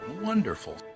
Wonderful